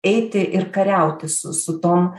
eiti ir kariauti su su tom